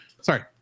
Sorry